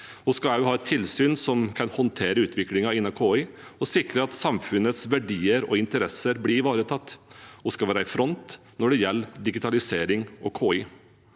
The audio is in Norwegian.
også ha et tilsyn som kan håndtere utviklingen innen KI og sikre at samfunnets verdier og interesser blir ivaretatt. Vi skal være i front når det gjelder digitalisering og KI.